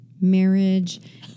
marriage